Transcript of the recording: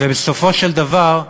ובסופו של דבר,